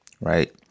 Right